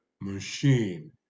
machine